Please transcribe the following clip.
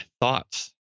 thoughts